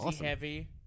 heavy